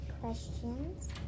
questions